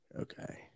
Okay